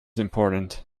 important